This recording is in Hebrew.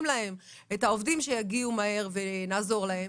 להם את העובדים שיגיעו מהר ונעזור להם.